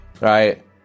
right